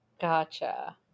Gotcha